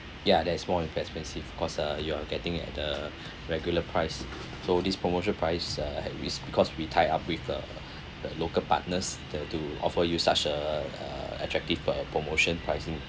ya that is more expensive because uh you're getting at the regular price so this promotion price uh is because we tie up with the the local partners the to offer you such a a attractive uh promotion pricing